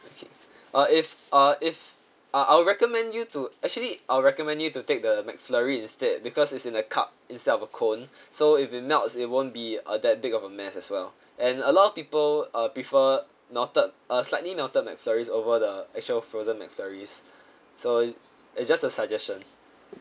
okay uh if uh if uh I would recommend you to actually I would recommend you to take the mcflurry instead because it's in a cup instead of a cone so if it melts it won't be uh that big of a mess as well and a lot of people uh prefer melted uh slightly melted mcflurry over the actual frozen mcflurry so it is just a suggestion